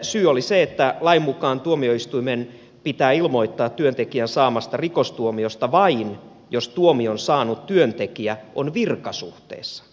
syy oli se että lain mukaan tuomioistuimen pitää ilmoittaa työntekijän saamasta rikostuomiosta vain jos tuomion saanut työntekijä on virkasuhteessa